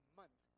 month